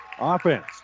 offense